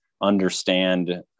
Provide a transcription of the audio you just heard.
understand